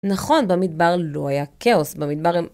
נכון, במדבר לא היה כאוס, במדבר הם...